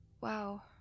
Wow